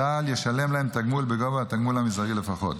וצה"ל ישלם להם תגמול בגובה התגמול המזערי לפחות.